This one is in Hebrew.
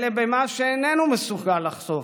אלא במה שאיננו מסוגל לחשוף".